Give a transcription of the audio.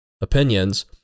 opinions